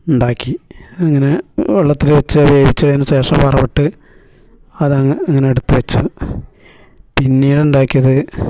ഉണ്ടാക്കി അങ്ങനെ വെള്ളത്തിൽ വെച്ച് വേവിച്ചതിന് ശേഷം വറവിട്ട് അതങ്ങനെ എടുത്തുവെച്ചു പിന്നീട് ഉണ്ടാക്കിയത്